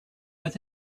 with